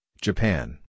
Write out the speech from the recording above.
Japan